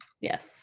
yes